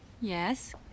Yes